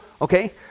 okay